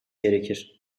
gerekir